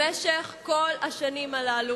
במשך כל השנים האלה